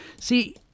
See